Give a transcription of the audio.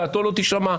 דעתו לא תישמע.